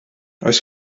oes